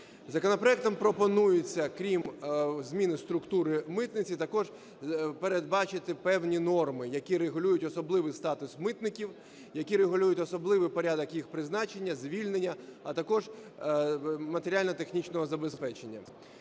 Законопроектом пропонується, крім зміни структури митниці, також передбачати певні норми, які регулюють особливий статус митників, які регулюють особливий порядок їх призначення, звільнення, а також матеріально-технічного забезпечення.